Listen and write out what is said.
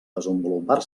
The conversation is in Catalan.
desenvolupar